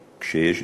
כשיש דיור ציבורי.